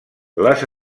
les